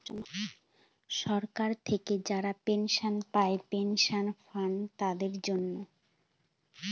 সরকার থেকে যারা পেনশন পায় পেনশন ফান্ড তাদের জন্য